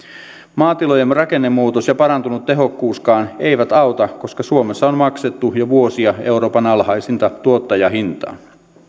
maatilojemme rakennemuutos ja parantunut tehokkuuskaan eivät auta koska suomessa on maksettu jo vuosia euroopan alhaisinta tuottajahintaa